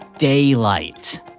Daylight